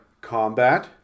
combat